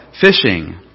fishing